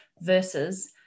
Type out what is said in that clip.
versus